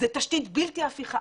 זאת תשתית בלתי הפיכה.